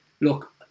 look